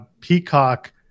Peacock